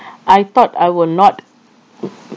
I thought I will not